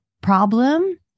problem